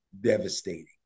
devastating